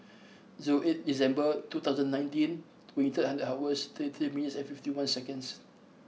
zero eighy December two thousand and nineteen twenty third hundred hours thirty three minutes and fifty one seconds